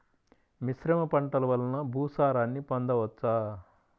మిశ్రమ పంటలు వలన భూసారాన్ని పొందవచ్చా?